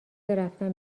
رفتن